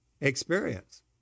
experience